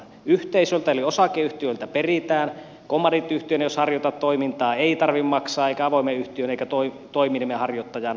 yhteisöiltä eli osakeyhtiöiltä peritään kommandiittiyhtiönä jos harjoitat toimintaa ei tarvitse maksaa eikä avoimen yhtiön eikä toiminimen harjoittajan